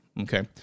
okay